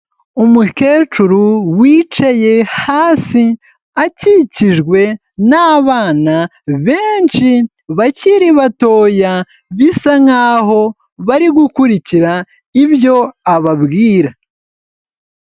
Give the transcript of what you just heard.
Umukecuru wicaye hasi akikijwe n'abana benshi bakiri batoya, bisa nkaho bari gukurikira ibyo ababwira.